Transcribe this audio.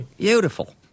Beautiful